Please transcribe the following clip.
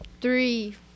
three